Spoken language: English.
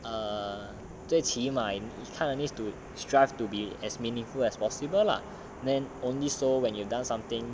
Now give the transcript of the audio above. err 最起码 you kind of need to strive to be as meaningful as possible lah then only so when you've done something